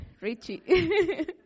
Richie